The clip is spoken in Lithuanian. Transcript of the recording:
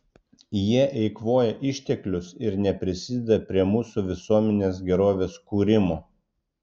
jie eikvoja išteklius ir neprisideda prie mūsų visuomenės gerovės kūrimo